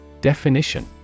Definition